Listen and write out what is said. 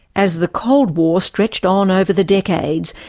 as the cold war stretched on over the decades,